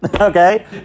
Okay